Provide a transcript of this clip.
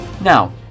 Now